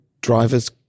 drivers